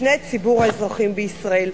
בפני ציבור האזרחים בישראל.